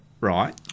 right